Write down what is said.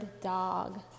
dog